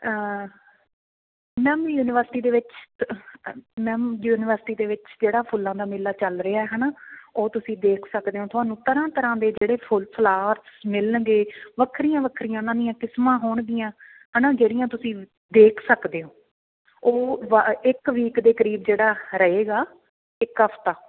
ma'am university ਦੇ ਵਿੱਚ ma'am university ਦੇ ਵਿੱਚ ਜਿਹੜਾ ਫੁੱਲਾਂ ਦਾ ਮੇਲਾ ਚੱਲ ਰਿਹਾ ਹੈ ਨਾ ਉਹ ਤੁਸੀਂ ਦੇਖ ਸਕਦੇ ਓਂ ਤੁਹਾਨੂੰ ਤਰ੍ਹਾਂ ਤਰ੍ਹਾਂ ਦੇ ਜਿਹੜੇ ਫੁੱਲ ਫਲਾਰਸ ਮਿਲਣਗੇ ਵੱਖਰੀਆਂ ਵੱਖਰੀਆਂ ਉਹਨਾਂ ਦੀਆਂ ਕਿਸਮਾਂ ਹੋਣਗੀਆਂ ਹੈ ਨਾ ਜਿਹੜੀਆਂ ਤੁਸੀਂ ਦੇਖ ਸਕਦੇ ਹੋ ਉਹ ਵ ਇੱਕ ਵੀਕ ਦੇ ਕਰੀਬ ਜਿਹੜਾ ਰਹੇਗਾ ਇੱਕ ਹਫਤਾ